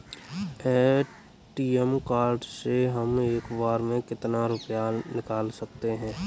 ATM card से हम एक बार में कितना रुपया निकाल सकते हैं?